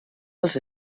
els